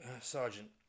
Sergeant